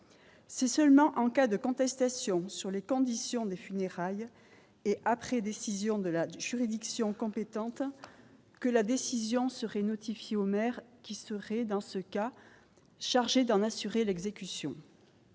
C'est seulement en cas de contestation sur les conditions des funérailles et après décision de la juridiction compétente que la décision serait notifié au maire qui serait dans ce cas, chargée d'en assurer l'exécution.